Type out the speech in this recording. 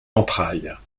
entrailles